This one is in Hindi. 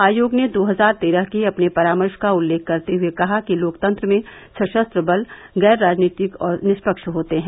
आयोग ने दो हजार तेरह के अपने परामर्श का उल्लेख करते हुए कहा कि लोकतंत्र में सशस्त्र बल गैर राजनीतिक और निष्पक्ष होते हैं